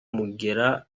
mugera